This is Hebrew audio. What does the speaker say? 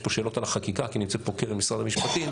שאלות על החקיקה כי נמצאת פה קרן ממשרד המשפטים.